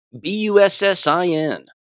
B-U-S-S-I-N